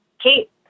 Kate